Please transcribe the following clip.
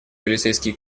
полицейские